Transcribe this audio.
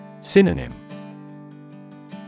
Synonym